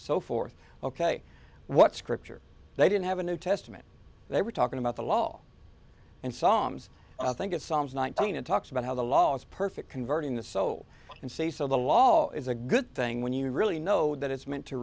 so forth ok what scripture they didn't have a new testament they were talking about the law and songs i think it sounds one thing it talks about how the law is perfect converting the soul and say so the law is a good thing when you really know that it's meant to